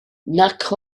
nac